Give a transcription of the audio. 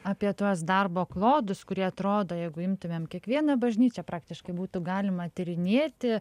apie tuos darbo klodus kurie atrodo jeigu imtumėm kiekvieną bažnyčią praktiškai būtų galima tyrinėti